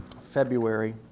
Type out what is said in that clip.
February